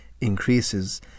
increases